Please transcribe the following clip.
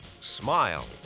Smile